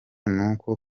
nuko